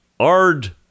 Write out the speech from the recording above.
Ard